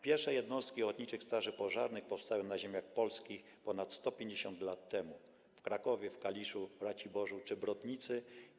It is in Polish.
Pierwsze jednostki ochotniczych straży pożarnych powstały na ziemiach polskich ponad 150 lat temu w Krakowie, w Kaliszu, Raciborzu czy Brodnicy.